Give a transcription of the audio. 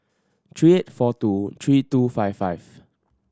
three eight four two three two five five